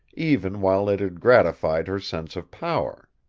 even while it had gratified her sense of power.